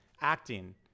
acting